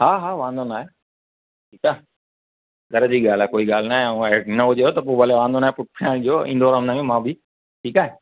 हा हा वांदो न आहे च ठीकु आहे घर जी ॻाल्हि आहे कोई ॻाल्हि न आहे हूंअ न हुजेव भले त वांदो न ईहे ॿियो ईंदोमाव मां बि ठीकु आहे